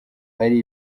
ari